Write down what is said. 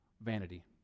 vanity